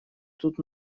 тут